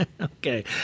Okay